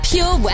Pure